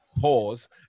Pause